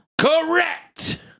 Correct